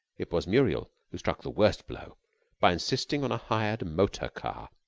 it was muriel who struck the worst blow by insisting on a hired motor-car.